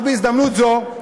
בהזדמנות זו,